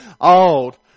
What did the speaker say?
Old